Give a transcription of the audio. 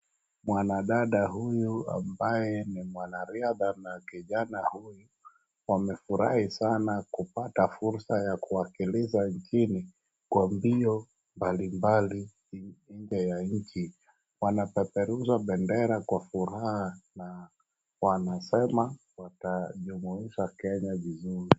Mwadada huyu ambaye ni mwanariadha na kijana huyu wamefurahi sana kupata fursa ya kuwakilisha nchini kwa mbio mbalimbali nje ya nchi. Wanapeperusha bendera kwa furaha. Na wanasema watajumuisha Kenya vizuri.